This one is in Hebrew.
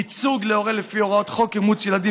ייצוג להורה לפי הוראות חוק אימוץ ילדים